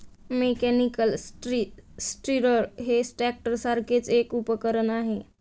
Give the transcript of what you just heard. mechanical tree stirrer हे ट्रॅक्टरसारखेच एक उपकरण आहे